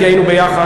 כי היינו יחד,